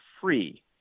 free